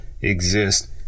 exist